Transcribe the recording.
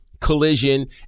Collision